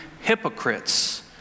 hypocrites